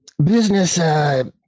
Business